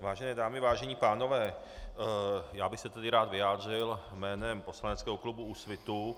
Vážené dámy, vážení pánové, já bych se rád vyjádřil jménem poslaneckého klubu Úsvit.